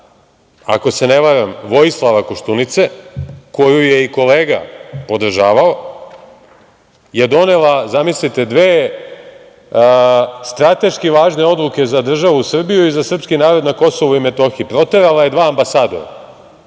ako se ne varam, Vojislava Koštunice koju je i kolega podržavao, je donela dve strateški važne odluke za državu Srbiju i za srpski narod na Kosovu i Metohiji, proterala je dva ambasadora,